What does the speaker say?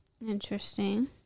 Interesting